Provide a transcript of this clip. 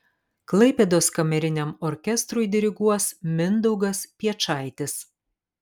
klaipėdos kameriniam orkestrui diriguos mindaugas piečaitis